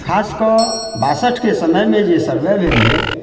खासकऽ बासठके समयमे जे सर्वे भेल रहै